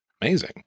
Amazing